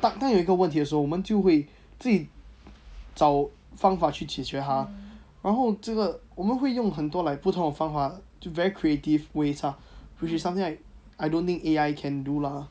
当有一个问题的时候我们就会自己找方法去解决他然后这个我们会用很多 like 不同的方法就 very creative ways ah which is something like I don't think A_I can do lah